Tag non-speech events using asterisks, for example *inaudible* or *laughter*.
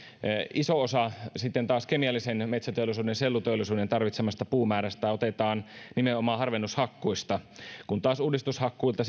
iso osa sitten taas kemiallisen metsäteollisuuden selluteollisuuden tarvitsemasta puumäärästä otetaan nimenomaan harvennushakkuista kun taas uudistushakkuilta *unintelligible*